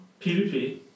PvP